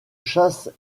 chasse